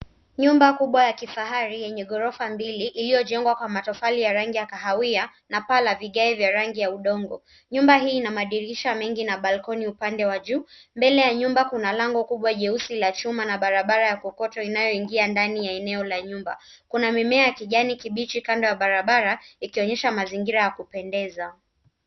Nyumba kubwa ya kifahari yenye gorofa mbili iliyojengwa kwa matofali ya rangi ya kahawia na paa la vigae vya rangi ya udongo. Nyumba hii ina madirisha mengi na balcony upande wa juu. Mbele ya nyumba kuna lango ukubwa jeusi la chuma na barabara ya kokoto inayoingia ndani ya eneo la nyumba. Kuna mimea ya kijani kibichi kando ya barabara ikionyesha mazingira ya kupendeza.